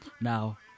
Now